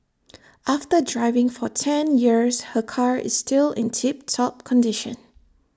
after driving for ten years her car is still in tip top condition